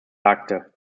sagte